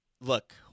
look